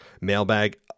mailbag